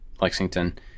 Lexington